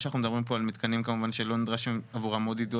אנחנו מדברים פה על מתקנים כמובן שלא נדרשים עבורם יידוע